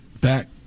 back